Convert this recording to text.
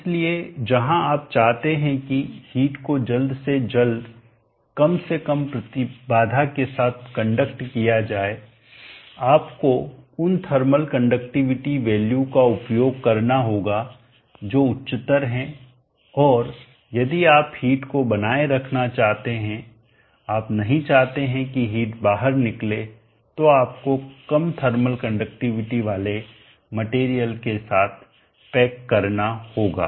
इसलिए जहाँ आप चाहते हैं कि हिट को जल्द से जल्द कम से कम प्रतिबाधा के साथ कंडक्ट किया जाए आपको उन थर्मल कंडक्टिविटी वैल्यू का उपयोग करना होगा जो उच्चतर हैं और यदि आप हिट को बनाए रखना चाहते हैं आप नहीं चाहते कि हिट बाहर निकले तो आपको कम थर्मल कंडक्टिविटी वाले मटेरियल के साथ पैक करना होगा